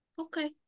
okay